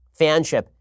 fanship